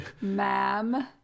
Ma'am